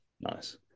nice